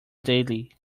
daily